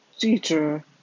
teacher